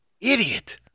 idiot